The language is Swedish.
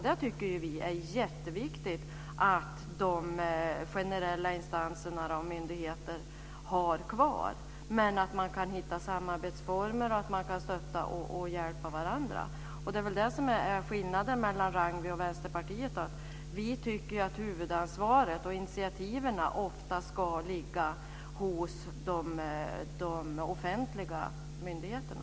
Det tycker vi nämligen är jätteviktigt att de generella instanserna och myndigheterna har kvar. Men man kan hitta samarbetsformer, och man kan stötta och hjälpa varandra. Det är väl detta som är skillnaden mellan Ragnwi och Vänsterpartiet - vi tycker att huvudansvaret och initiativen oftast ska ligga hos de offentliga myndigheterna.